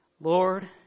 Lord